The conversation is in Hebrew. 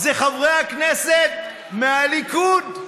אלה חברי הכנסת מהליכוד,